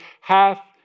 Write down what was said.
Hath